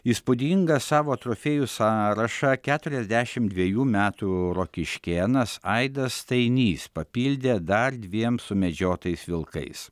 įspūdingą savo trofėjų sąrašą keturiasdešim dvejų metų rokiškėnas aidas stainys papildė dar dviem sumedžiotais vilkais